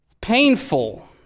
Painful